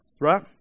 Right